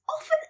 often